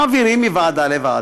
מעבירים מוועדה לוועדה.